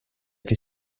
che